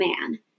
man